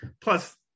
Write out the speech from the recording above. Plus